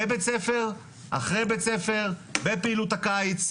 בבית-ספר, אחרי בית-ספר, בפעילות הקיץ,